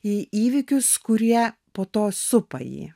į įvykius kurie po to supa jį